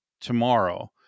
tomorrow